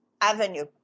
avenue